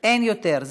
אין יותר,